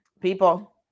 people